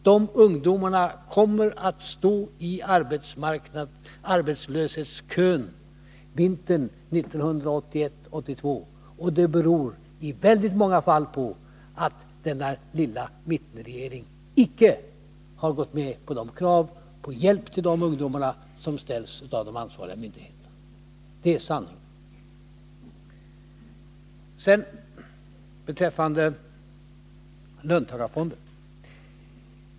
Att ungdomarna kommer att stå i arbetslöshetskön vintern 1981/82 beror i väldigt många fall på att denna lilla mittenpartiregering icke har gått med på de krav på hjälp till dessa ungdomar som ställs av de ansvariga myndigheterna. Det är sanningen. Sedan beträffande löntagarfonderna.